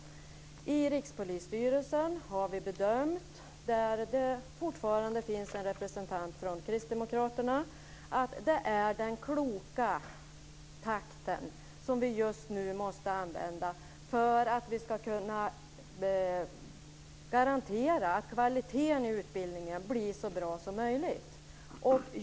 Rikspolisstyrelsen, där det fortfarande finns en representant för Kristdemokraterna, har bedömt att detta är den kloka takt som vi just nu måste gå i för att vi ska kunna garantera att kvaliteten i utbildningen blir så bra som möjligt.